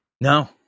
No